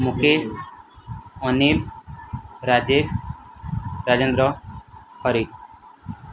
Mukesh Anil Rajesh Rajendra Hari